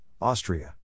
Austria